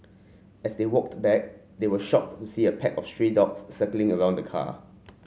as they walked back they were shocked to see a pack of stray dogs circling around the car